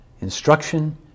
Instruction